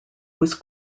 was